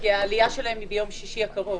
העלייה שלהם היא ביום שישי הקרוב.